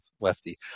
lefty